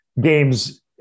games